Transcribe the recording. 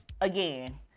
again